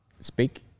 Speak